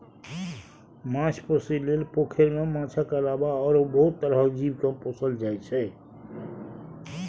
माछ पोसइ लेल पोखरि मे माछक अलावा आरो बहुत तरहक जीव केँ पोसल जाइ छै